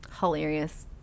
Hilarious